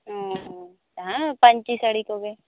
ᱚ ᱦᱮᱸ ᱯᱟᱹᱱᱪᱤ ᱥᱟᱹᱲᱤ ᱠᱚᱜᱮ